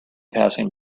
passing